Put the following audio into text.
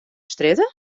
strjitte